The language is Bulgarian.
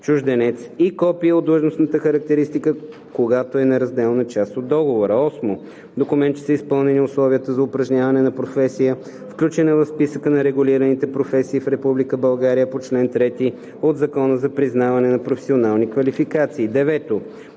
чужденец, и копие от длъжностната характеристика, когато е неразделна част от договора; 8. документ, че са изпълнени условията за упражняване на професия, включена в Списъка на регулираните професии в Република България по чл. 3 от Закона за признаване на професионални квалификации; 9.